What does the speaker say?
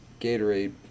Gatorade